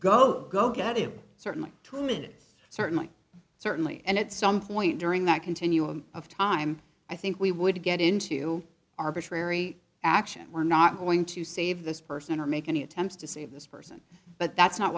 go go get it certainly two minutes certainly certainly and at some point during that continuum of time i think we would get into arbitrary action we're not going to save this person or make any attempts to save this person but that's not